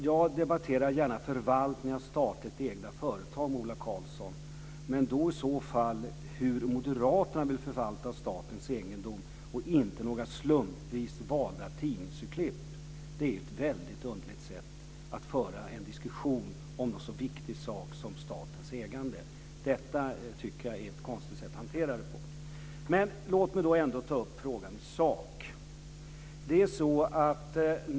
Jag debatterar gärna förvaltning av statligt ägda företag med Ola Karlsson, men i så fall vill jag debattera hur moderaterna vill förvalta statens egendom, och inte några slumpvis valda tidningsurklipp. Det är ett väldigt underligt sätt att föra en diskussion om en så viktig sak som statens ägande på. Jag tycker att det är ett konstigt sätt att hantera det hela på. Låt mig ändå ta upp frågan i sak.